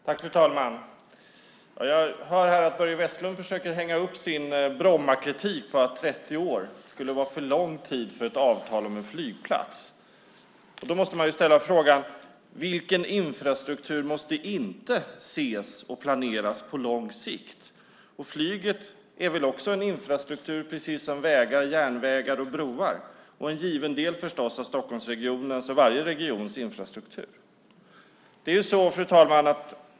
Fru talman! Jag hör att Börje Vestlund försöker hänga upp sin Brommakritik på att 30 år skulle vara för lång tid för ett avtal om en flygplats. Då måste man ställa sig frågan: Vilken infrastruktur måste inte ses och planeras på lång sikt? Flyget är väl också en typ av infrastruktur, precis som vägar, järnvägar och broar, och därför en given del av Stockholmsregionens, och varje annan regions, infrastruktur.